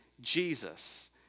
Jesus